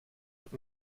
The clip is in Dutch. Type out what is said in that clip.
het